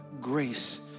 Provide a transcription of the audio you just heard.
grace